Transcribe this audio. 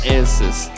answers